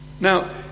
Now